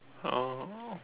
uh